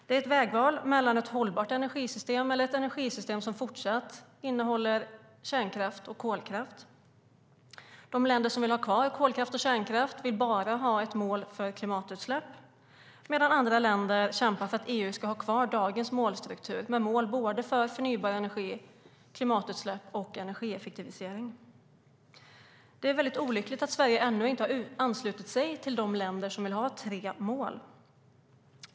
Det är ett vägval mellan ett hållbart energisystem och ett energisystem som fortsatt innehåller kärnkraft och kolkraft. De länder som vill ha kvar kolkraft och kärnkraft vill bara ha ett mål för klimatutsläpp medan andra länder kämpar för att EU ska ha kvar dagens målstruktur, med mål för såväl förnybar energi som klimatutsläpp och energieffektivisering. Det är väldigt olyckligt att Sverige ännu inte har anslutit sig till de länder som vill ha tre mål.